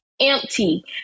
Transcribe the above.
empty